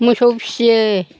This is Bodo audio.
मोसौ फिसियो